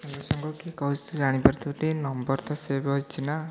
hello ସାଙ୍ଗ କିଏ କହୁଛି ତୁ ଜାଣିପାରୁଥିବୁଟି ଏ ନମ୍ବର ତ ସେଭ୍ ଅଛି ନା